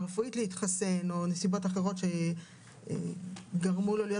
רפואית להתחסן או נסיבות אחרות שגרמו לו להיות